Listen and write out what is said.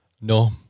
No